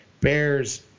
Bears